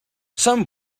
some